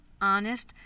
honest